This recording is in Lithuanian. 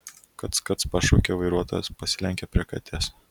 kac kac pašaukė vairuotojas pasilenkė prie katės